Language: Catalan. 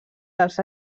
dels